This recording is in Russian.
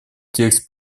текст